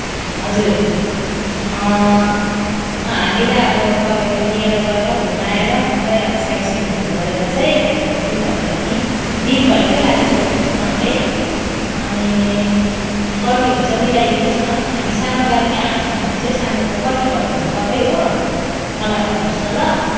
हजुर हामीलाई अब तपाईँले लिएर गएर घुमाएर सबै अब साइटसिनहरू गरेर चाहिँ त्यहाँदेखि फर्कौँ भनेर नि दिनभरिकै लागि सोच्नुहोस् न है अनि कति हुन्छ मिलाइदिनुहोस् न हामी सानो गाडीमै अट्छौँ भने सानो कति भन्नुहुन्छ तपाईँ हो मलाई भन्नुहोस् न ल